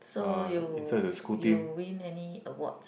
so you you win any award